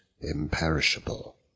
imperishable